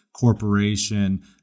Corporation